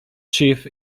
chief